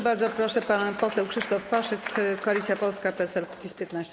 Bardzo proszę, pan poseł Krzysztof Paszyk, Koalicja Polska - PSL - Kukiz15.